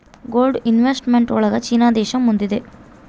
gold investment ಒಳಗ China ದೇಶ ಮುಂದಿದೆ